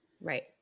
Right